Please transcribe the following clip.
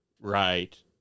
right